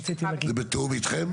בתיאום איתנו,